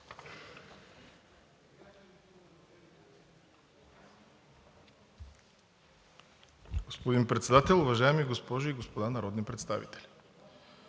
Господин Председател, госпожи и господа народни представители,